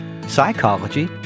psychology